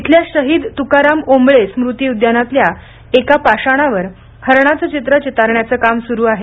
इथल्या शहीद तुकाराम ओंबळे स्मृती उद्यानातला एक पाषाणावर हरणाचं चित्र चितारण्याचं काम सुरू आहे